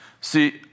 See